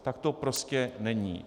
Tak to prostě není.